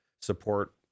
support